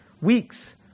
weeks